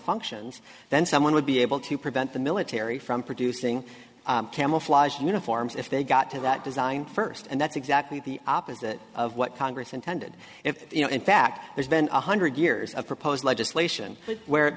functions then someone would be able to prevent the military from producing camouflage uniforms if they got to that design first and that's exactly the opposite of what congress intended if you know in fact there's been one hundred years of proposed legislation where